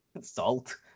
Salt